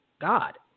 God